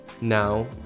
now